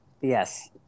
yes